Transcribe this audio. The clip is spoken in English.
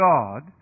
God